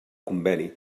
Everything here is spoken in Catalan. conveni